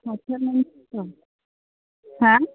हा